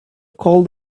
called